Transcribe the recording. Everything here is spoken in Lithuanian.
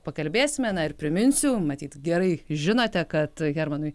pakalbėsime na ir priminsiu matyt gerai žinote kad hermanui